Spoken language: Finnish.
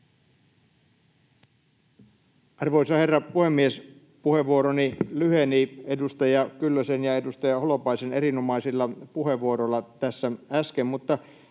Arvoisa herra puhemies! Puheenvuoroni lyheni edustaja Kyllösen ja edustaja Holopaisen erinomaisilla puheenvuoroilla tässä äsken,